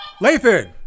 Lathan